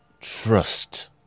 trust